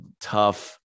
tough